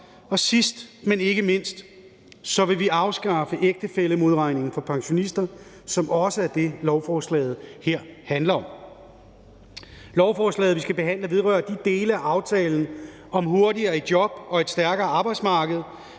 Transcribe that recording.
og sidst, men ikke mindst, vil vi afskaffe ægtefællemodregningen for pensionister, hvilket også er det, lovforslaget her handler om. Lovforslaget, vi skal behandle, vedrører de dele af aftalen »Hurtigere i job og et stærkere arbejdsmarked«,